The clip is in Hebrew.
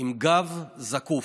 עם גב זקוף.